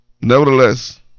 Nevertheless